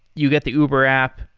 you get the uber app.